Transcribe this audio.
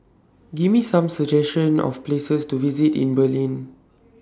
Give Me Some suggestions For Places to visit in Berlin